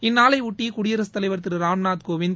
இந்நாளையொட்டி குடியரசுத் தலைவர் திரு ராம்நாத் கோவிந்த்